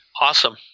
Awesome